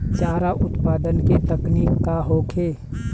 चारा उत्पादन के तकनीक का होखे?